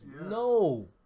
No